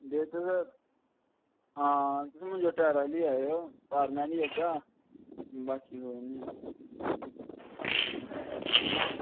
ते तुस हां तुस मंजोटा बगैरा ली आयो तार मैं ली औगा बाकी कोई निं